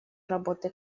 работы